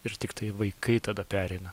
ir tiktai vaikai tada pereina